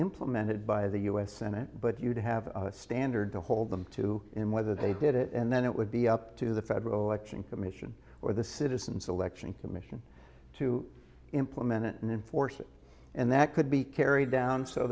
implemented by the u s senate but you'd have a standard to hold them to him whether they did it and then it would be up to the federal election commission or the citizen's election commission to implement it and enforce it and that could be carried down so